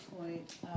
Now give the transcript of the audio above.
point